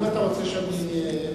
זה על